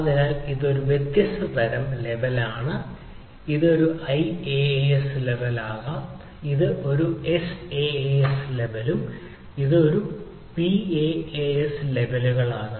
അതിനാൽ ഇത് ഒരു വ്യത്യസ്ത തരം ലെവൽ ആകാം അത് ഒരു IaaS ലെവലിൽ ആകാം അത് ഏത് SaaS ലേബലിലും ഒരു PaaS ലെവലുകൾ ആകാം